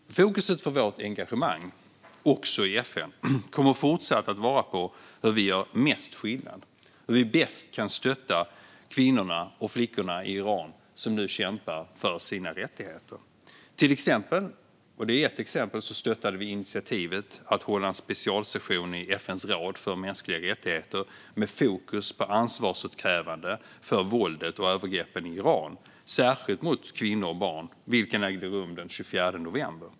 Fokuset för vårt engagemang, också i FN, kommer fortsatt att vara på hur vi gör mest skillnad och hur vi bäst kan stötta kvinnorna och flickorna i Iran som nu kämpar för sina rättigheter. Ett exempel är att vi stöttade initiativet att hålla en specialsession i FN:s råd för mänskliga rättigheter med fokus på ansvarsutkrävande för våldet och övergreppen i Iran och då särskilt mot kvinnor och barn. Sessionen ägde rum den 24 november.